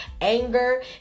anger